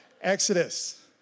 Exodus